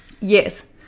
Yes